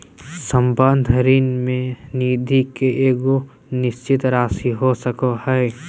संबंध ऋण में निधि के एगो निश्चित राशि हो सको हइ